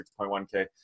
6.1K